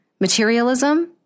materialism